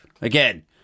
again